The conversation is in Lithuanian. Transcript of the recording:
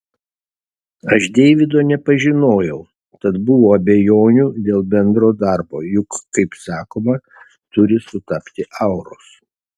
aš deivido nepažinojau tad buvo abejonių dėl bendro darbo juk kaip sakoma turi sutapti auros